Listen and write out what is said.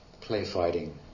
play-fighting